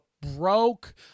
broke